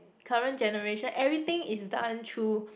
current generation everything is done through